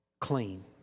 clean